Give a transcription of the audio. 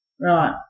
Right